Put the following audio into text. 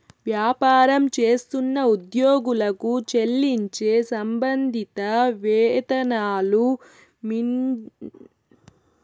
వ్యాపారం చేస్తున్న ఉద్యోగులకు చెల్లించే సంబంధిత వేతనాల మీన్దే ఫెర్రోల్ పన్నులు ఏస్తాండారు